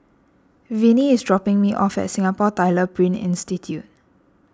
Vinie is dropping me off at Singapore Tyler Print Institute